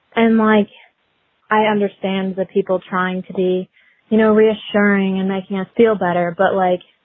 and like i understand the people trying to be you know reassuring and they can't feel better. but, like,